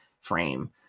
frame